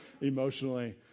emotionally